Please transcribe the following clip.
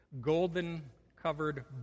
Golden-covered